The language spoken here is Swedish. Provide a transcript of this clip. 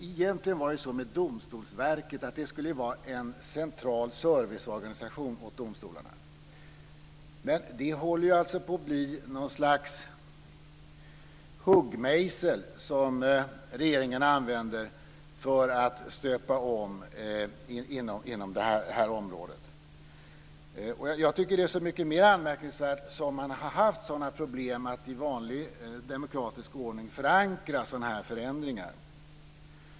Egentligen skulle Domstolsverket vara en central serviceorganisation för domstolarna. Men det håller på att bli något slags huggmejsel som regeringen använder för att stöpa om inom detta område. Jag tycker att det är så mycket mer anmärkningsvärt när man har haft sådana problem att i vanlig demokratisk ordning förankra sådana förändringar.